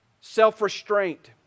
self-restraint